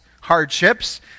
hardships